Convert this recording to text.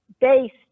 based